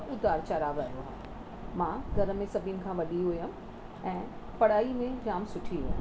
उतारु चढ़ाव रहियो आहे मां घर में सभिनि खां वॾी हुअसि ऐं पढ़ाई में जाम सुठी हुअसि